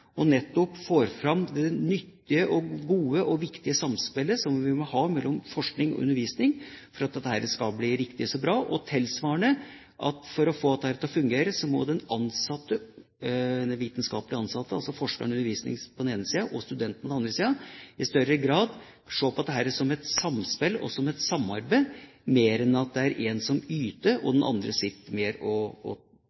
og nettopp får fram det nyttige og gode og viktige samspillet som vi må ha mellom forskning og undervisning for at dette skal bli riktig så bra. Og tilsvarende, for å få dette til å fungere må den vitenskapelig ansatte – altså forskeren og underviseren på den ene siden, og studenten på den andre siden – i større grad se på dette som et samspill og et samarbeid mer enn at det er én som yter, og